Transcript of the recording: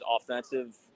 offensive